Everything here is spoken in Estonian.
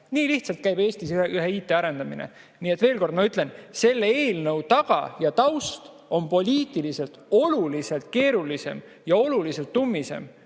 Nii lihtsalt käib Eestis IT arendamine. Nii et veel kord ma ütlen: selle eelnõu taust on poliitiliselt oluliselt keerulisem ja oluliselt tummisem